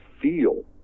feel